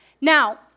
Now